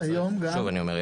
שוב אני אומר,